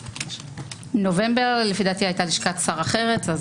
נובמבר הייתה לשכת שר אחרת.